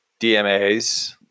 DMAs